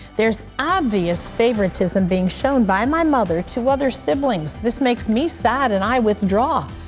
there is obvious favortism being shown by my mother to other siblings. this makes me sad and i withdraw.